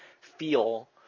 feel